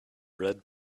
red